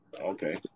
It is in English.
okay